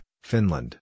Finland